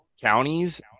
counties